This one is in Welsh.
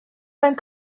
mewn